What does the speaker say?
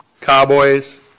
Cowboys